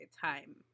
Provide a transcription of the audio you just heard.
time